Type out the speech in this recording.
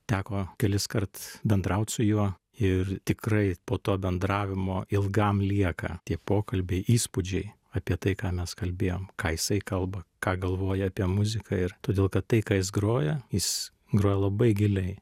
teko keliskart bendraut su juo ir tikrai po to bendravimo ilgam lieka tie pokalbiai įspūdžiai apie tai ką mes kalbėjom ką jisai kalba ką galvoja apie muziką ir todėl kad tai ką jis groja jis groja labai giliai